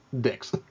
dicks